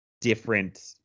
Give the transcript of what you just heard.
different